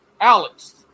Alex